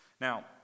now